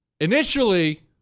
Initially